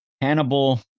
*Hannibal*